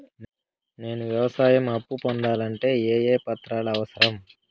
నేను వ్యవసాయం అప్పు పొందాలంటే ఏ ఏ పత్రాలు అవసరం?